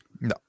No